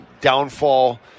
downfall